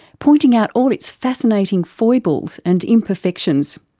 pointing out all its fascinating foibles and imperfections.